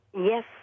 Yes